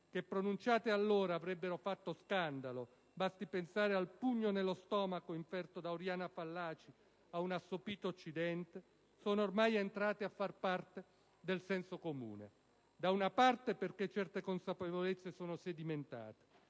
che pronunciate allora avrebbero fatto scandalo - basti pensare al pugno nello stomaco inferto da Oriana Fallaci a un assopito Occidente - sono ormai entrate a far parte del senso comune. Ciò è avvenuto da una parte perché certe consapevolezze sono sedimentate,